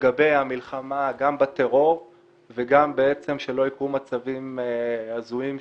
לגבי המלחמה בטרור וגם שלא יקרו מצבים הזויים,